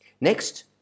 Next